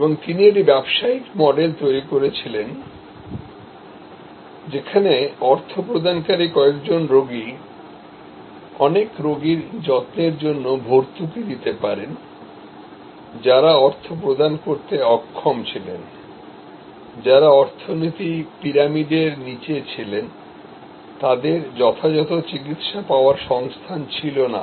এবং তিনি একটি ব্যবসায়িক মডেল তৈরি করেছিলেন যেখানে অর্থ প্রদানকারীকয়েকজন রোগী অনেক রোগীর যত্নের জন্য ভর্তুকি দিতে পারেন যারা অর্থ প্রদান করতে অক্ষম ছিলেন যারা অর্থনীতি পিরামিডের নীচে ছিলেন তাদের যথাযথ চিকিত্সা পাওয়ার সংস্থান ছিল না